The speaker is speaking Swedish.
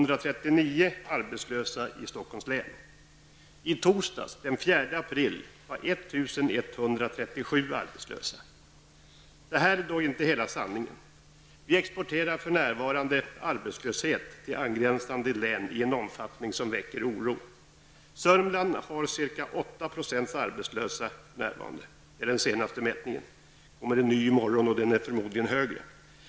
Detta är dock inte hela sanningen. Vi exporterar för närvarande arbetslöshet till angränsande län i en omfattning som väcker oro. I Sörmland är ca 8 % arbetslösa för närvarande -- detta enligt den senaste mätningen. En ny mätning kommer att presenteras i morgon och den kommer förmodligen att visa på högre arbetslöshetstal.